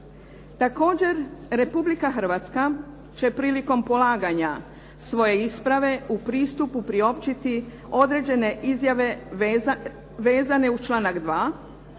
Također, Republika Hrvatska će prilikom polaganja svoje isprave u pristupu priopćiti određene izjave vezane uz članak 2.,